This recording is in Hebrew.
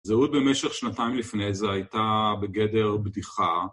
זהות במשך שנתיים לפני זה הייתה בגדר בדיחה.